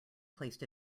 placed